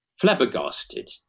flabbergasted